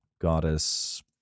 goddess